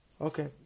Okay